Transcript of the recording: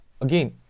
Again